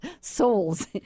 souls